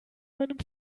meinem